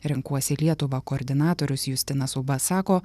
renkuosi lietuvą koordinatorius justinas uba sako